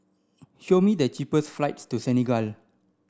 show me the cheapest flights to Senegal